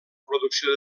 producció